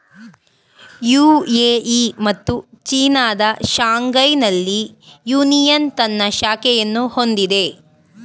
UAE ಮತ್ತು ಚೀನಾದ ಶಾಂಘೈನಲ್ಲಿ ಯೂನಿಯನ್ ತನ್ನ ಶಾಖೆಯನ್ನು ಹೊಂದಿದೆ